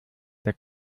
der